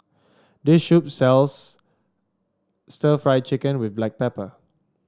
this shop sells Stir Fried Chicken with Black Pepper